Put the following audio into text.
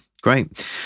great